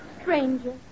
Stranger